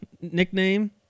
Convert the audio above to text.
nickname